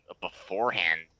beforehand